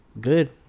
Good